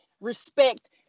respect